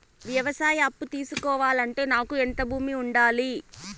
వ్యవసాయ అప్పు తీసుకోవాలంటే నాకు ఎంత భూమి ఉండాలి?